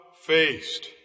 faced